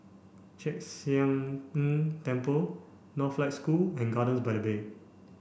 Chek Sian Tng Temple Northlight School and Gardens by the Bay